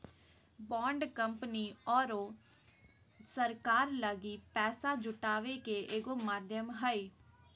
bond company आरो सरकार लगी पैसा जुटावे के एगो माध्यम हइ